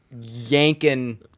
Yanking